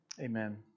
Amen